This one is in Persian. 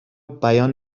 بیان